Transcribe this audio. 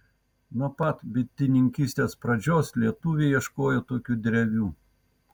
nuo pat bitininkystės pradžios lietuviai ieškojo tokių drevių